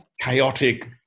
Chaotic